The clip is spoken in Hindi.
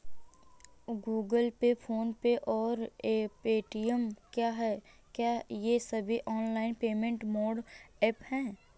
गूगल पे फोन पे और पेटीएम क्या ये सभी ऑनलाइन पेमेंट मोड ऐप हैं?